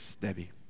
Debbie